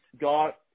got